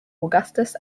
augustus